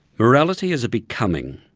morality is a becoming.